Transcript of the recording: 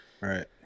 Right